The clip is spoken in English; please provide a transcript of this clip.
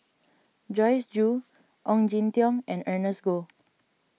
Joyce Jue Ong Jin Teong and Ernest Goh